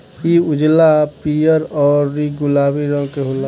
इ उजला, पीयर औरु गुलाबी रंग के होला